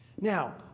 Now